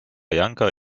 janka